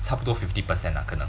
差不多 fifty percent lah 可能